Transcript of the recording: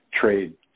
trade